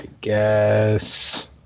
guess